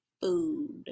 Food